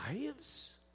lives